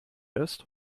ist